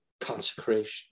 consecration